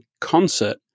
concert